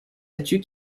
statues